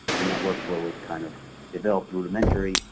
and that workflow was kind of developed rudimentary,